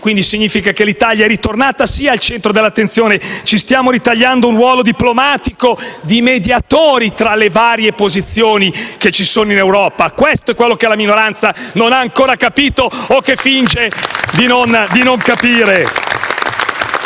quindi significa che l'Italia è ritornata, sì, al centro dell'attenzione. Ci stiamo ritagliando un ruolo diplomatico di mediatori tra le varie posizioni che ci sono in Europa. Questo è quello che la minoranza non ha ancora capito o che finge di non capire.